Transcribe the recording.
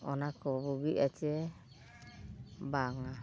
ᱚᱱᱟ ᱠᱚ ᱵᱩᱜᱤ ᱟᱥᱮ ᱵᱟᱝᱼᱟ